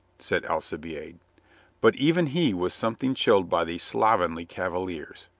said alcibiade but even he was something chilled by these slovenly cavaliers.